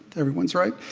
everyone's right.